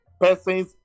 persons